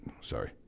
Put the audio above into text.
Sorry